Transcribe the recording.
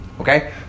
Okay